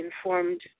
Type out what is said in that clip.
informed